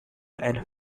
and